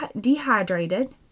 dehydrated